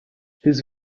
his